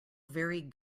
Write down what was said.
very